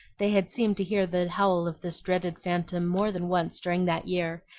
they had seemed to hear the howl of this dreaded phantom more than once during that year,